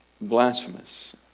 blasphemous